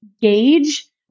gauge